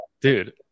dude